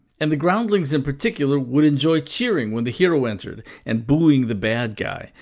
and the groundlings in particular would enjoy cheering when the hero entered, and booing the bad guy,